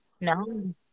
no